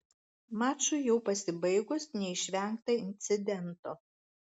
mačui jau pasibaigus neišvengta incidento